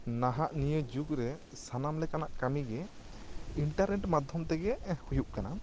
ᱱᱟᱦᱟᱜ ᱱᱤᱭᱟᱹ ᱡᱩᱜᱽ ᱨᱮ ᱥᱟᱱᱟᱢ ᱞᱮᱠᱟᱱᱟᱜ ᱠᱟᱹᱢᱤ ᱜᱮ ᱤᱱᱴᱟᱨᱱᱮᱴ ᱢᱟᱫᱷᱚᱢ ᱛᱮᱜᱮ ᱦᱩᱭᱩᱜ ᱠᱟᱱᱟ